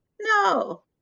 No